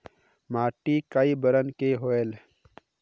माटी कई बरन के होयल?